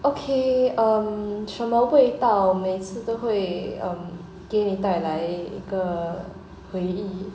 okay um 什么味道每次都会 um 给你带来一个回忆